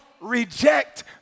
reject